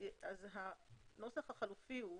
הנוסח החלופי.